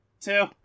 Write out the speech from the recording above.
two